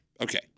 Okay